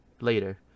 later